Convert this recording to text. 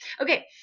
okay